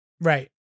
Right